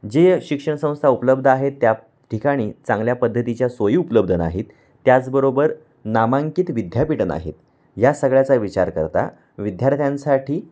जे शिक्षण संस्था उपलब्ध आहेत त्या ठिकाणी चांगल्या पद्धतीच्या सोयी उपलब्ध नाहीत त्याचबरोबर नामांकित विद्यापीठ नाहीत या सगळ्याचा विचार करता विद्यार्थ्यांसाठी